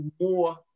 more